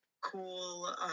cool